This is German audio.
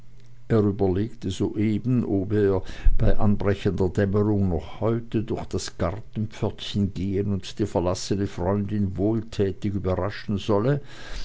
er überlegte soeben ob er bei anbrechender dämmerung noch heute durch das gartenpförtchen gehen und die verlassene freundin wohltätig überraschen solle